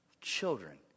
children